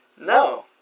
No